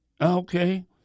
Okay